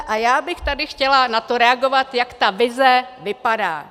A já bych tady chtěla na to reagovat, jak ta vize vypadá.